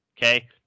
okay